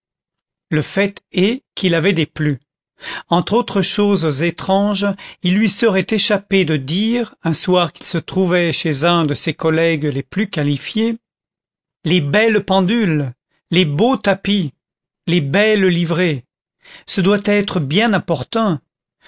le fait est qu'il avait déplu entre autres choses étranges il lui serait échappé de dire un soir qu'il se trouvait chez un de ses collègues les plus qualifiés les belles pendules les beaux tapis les belles livrées ce doit être bien importun